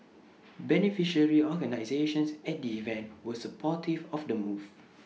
beneficiary organisations at the event were supportive of the move